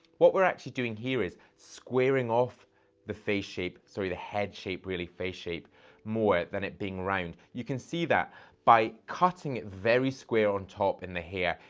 what we're actually doing here is squaring off the face shape, sorry, the head shape really, face shape more than it being round. you can see that by cutting it very square on top in the hair.